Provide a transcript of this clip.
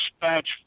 dispatch